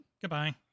Goodbye